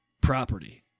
property